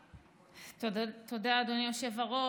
תודה, אדוני היושב-ראש.